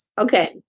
okay